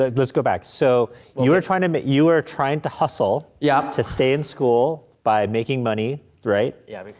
ah let's go back, so. you were trying to make, you were trying to hustle yeah. to stay in school by making money, money, right? yeah,